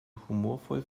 humorvoll